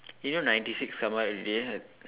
you know ninety six come out already